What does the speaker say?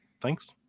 thanks